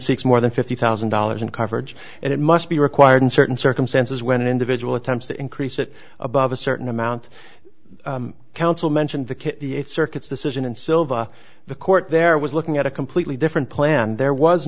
six more than fifty thousand dollars in coverage it must be required in certain circumstances when an individual attempts to increase it above a certain amount council mentioned the kid circuit's decision in sylva the court there was looking at a completely different plan there was